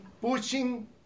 pushing